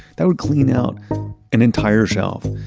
that would clean out an entire shelf.